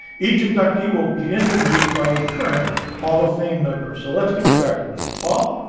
each inductee will be introduced by a current hall of fame member. so let's get started. paul.